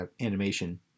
animation